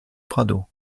prado